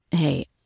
Hey